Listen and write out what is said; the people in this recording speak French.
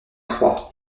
croix